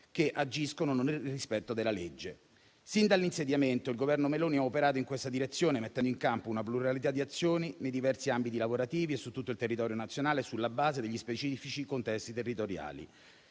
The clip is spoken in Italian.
che agiscono nel rispetto della legge. Sin dal suo insediamento, il Governo Meloni ha operato in questa direzione, mettendo in campo una pluralità di azioni nei diversi ambiti lavorativi e su tutto il territorio nazionale, sulla base degli specifici contesti territoriali.